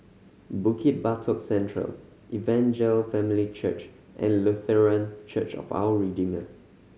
Bukit Batok Central Evangel Family Church and Lutheran Church of Our Redeemer